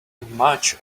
much